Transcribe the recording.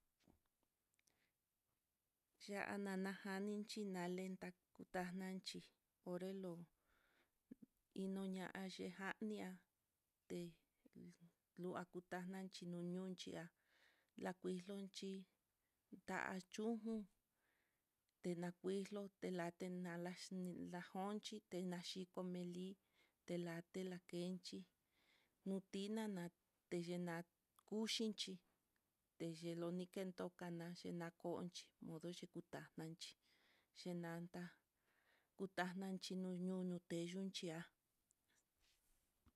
X nana jani xhina lenta kutananchí, onrelo iin ña yaxhi jánia té nikutala xhinunchia la kuxlonchí ta'a chuxjun, tenakuixlo tela tenaxli lajonki tenaxli komeli telate lakenchí, nutinana teyena kuchini teyoxli kentokan, naxhi nakonchí modo xhi tanachí xhinanata kutananchí nunu xhinunchiá.